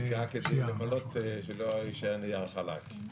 כדי למלא שלא יישאר נייר חלק.